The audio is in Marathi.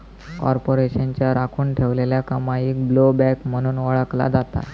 कॉर्पोरेशनच्या राखुन ठेवलेल्या कमाईक ब्लोबॅक म्हणून ओळखला जाता